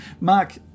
Mark